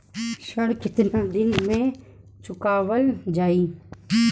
ऋण केतना दिन पर चुकवाल जाइ?